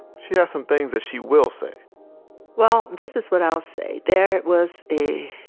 she has some things that she will say well, this is what i'll say. there was a